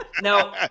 Now